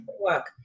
work